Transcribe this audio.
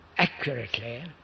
Accurately